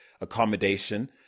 accommodation